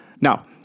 Now